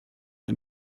ein